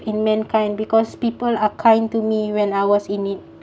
in mankind because people are kind to me when I was in it